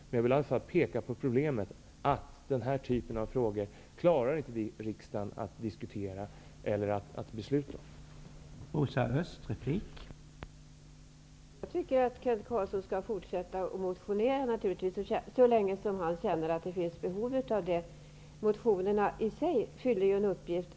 Men jag vill peka på problemet, nämligen att den typen av frågor klarar vi inte att diskutera och fatta beslut om i riksdagen.